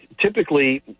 typically